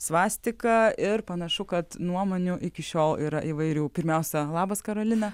svastika ir panašu kad nuomonių iki šiol yra įvairių pirmiausia labas karolina